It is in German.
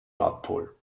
nordpol